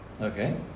Okay